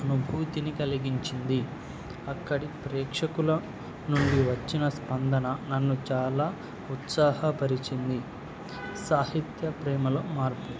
అనుభూతిని కలిగించింది అక్కడి ప్రేక్షకుల నుండి వచ్చిన స్పందన నన్ను చాలా ఉత్సాహపరిచింది సాహిత్య ప్రేమలో మార్పు